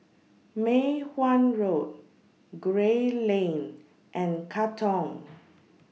Mei Hwan Road Gray Lane and Katong